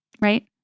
Right